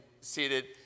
seated